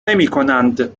نمیکنند